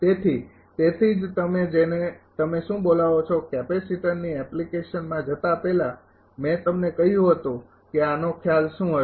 તેથી તેથી જ તમે જેને તમે શું બોલાવો છો કેપેસિટરની એપ્લિકેશનમાં જતા પહેલા મેં તમને કહ્યું હતું કે આ નો ખ્યાલ શું હશે